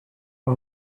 for